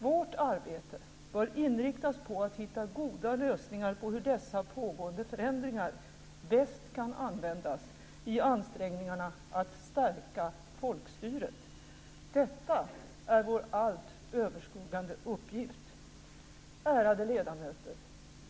Vårt arbete bör inriktas på att hitta goda lösningar på hur dessa pågående förändringar bäst kan användas i ansträngningarna att stärka folkstyret. Detta är vår allt överskuggande uppgift. Ärade ledamöter!